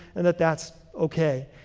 and that that's okay.